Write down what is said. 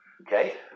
Okay